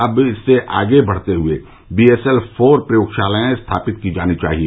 अब इससे आगे बढ़ते हुए बीएसएल फोर प्रयोगशालाएं स्थापित की जानी चाहिए